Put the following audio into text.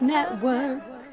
Network